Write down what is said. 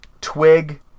Twig